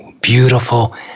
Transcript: beautiful